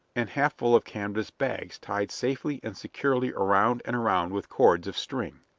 and half full of canvas bags tied safely and securely around and around with cords of string.